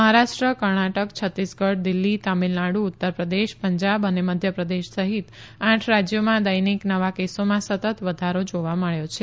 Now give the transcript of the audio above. મહારાષ્ટ્ર કર્ણાટક છત્તીસગઢ દિલ્ફી તમિલનાડ઼ ઉત્તર પ્રદેશ પંજાબ અને મધ્યપ્રદેશ સહિત આઠ રાજ્યોમાં દૈનિક નવા કેસોમાં સતત વધારો જોવા મળ્યો છે